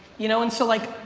you know and so like,